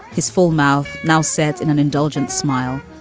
his full mouth now set in an indulgence smile.